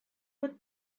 would